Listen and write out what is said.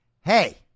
hey